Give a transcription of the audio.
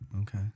Okay